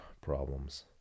problems